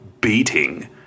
beating